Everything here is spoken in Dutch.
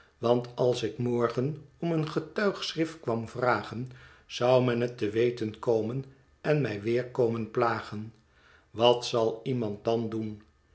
want als ik morgen om een getuigschrift kwam vragen zou men het te weten komen en mij weer komen plagen wat zal iemand dan doen